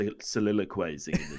soliloquizing